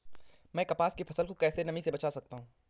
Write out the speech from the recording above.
मैं कपास की फसल को कैसे नमी से बचा सकता हूँ?